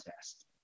test